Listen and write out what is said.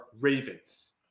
Ravens